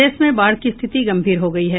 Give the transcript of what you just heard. प्रदेश में बाढ की स्थिति गंभीर हो गयी है